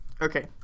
Okay